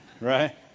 right